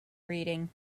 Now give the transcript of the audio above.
reading